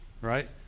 right